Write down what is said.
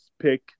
pick